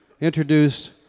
introduce